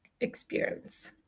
experience